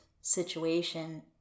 situation